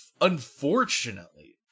Unfortunately